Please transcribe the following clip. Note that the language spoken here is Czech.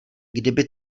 kdyby